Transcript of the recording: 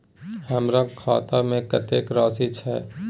हमर खाता में कतेक राशि छै?